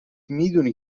میدونی